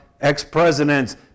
ex-presidents